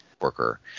worker